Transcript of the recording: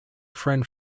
friend